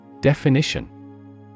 Definition